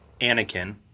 Anakin